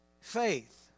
Faith